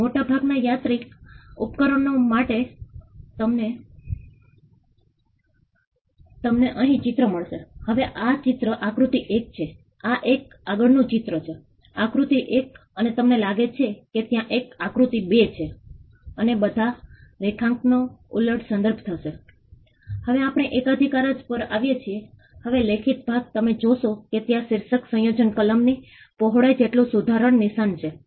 તેથી તેઓએ અમને કહ્યું કે માહિતી સારી છે પરંતુ સહભાગી અભિગમ અર્થપૂર્ણ છે અમારી ભાગીદારી ફક્ત ત્યારે જ અર્થપૂર્ણ છે જ્યારે તમે તેનાથી આગળ જતા માહિતી સિવાય તમે અમને કહી શકો કે અમે કેટલીક યોજનાત્મક ક્રિયાત્મક યોજના શું કરી શકીએ